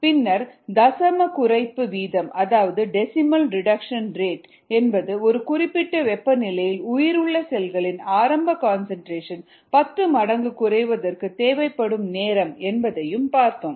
பின்னர் தசம குறைப்பு வீதம் அதாவது டெசிமல் ரெடக்ஷன் ரேட் என்பது ஒரு குறிப்பிட்ட வெப்பநிலையில் உயிருள்ள செல்களின் ஆரம்ப கன்சன்ட்ரேஷன் 10 மடங்கு குறைவதற்கு தேவைப்படும் நேரம் என்பதையும் பார்த்தோம்